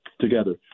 together